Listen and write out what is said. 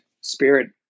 spirit